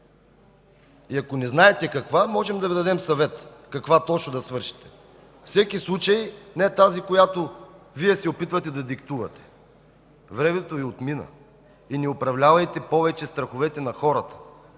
Ако не знаете каква, можем да Ви дадем съвет каква точно да свършите. Във всеки случай не тази, която Вие се опитвате да диктувате! Времето Ви отмина! И не управлявайте повече страховете на хората!